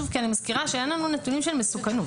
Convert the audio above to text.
אני מזכירה שאין לנו נתונים של מסוכנות.